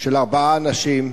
של ארבעה אנשים: